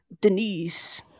Denise